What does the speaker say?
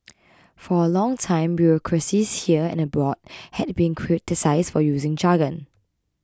for a long time bureaucracies here and abroad have been criticised for using jargon